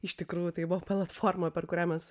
iš tikrųjų tai buvo platforma per kurią mes